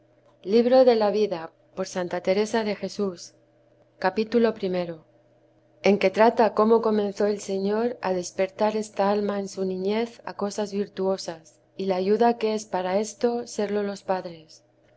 índice de lo que contiene este tomo prólogo capítulo i en que trata cómo comenzó el señor a despertar esta alma en su niñez a cosas virtuosas y la ayuda que es para esto serlo los padres